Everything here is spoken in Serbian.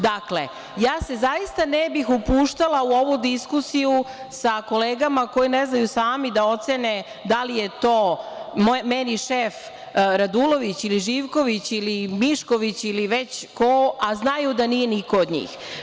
Dakle, ja se zaista ne bih upuštala u ovu diskusiju sa kolegama koji ne znaju sami da ocene da li je meni šef Radulović ili Živković ili Mišković ili već ko, a znaju da nije niko od njih.